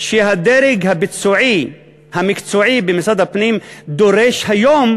שהדרג הביצועי המקצועי במשרד הפנים דורש היום